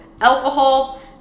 alcohol